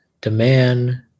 demand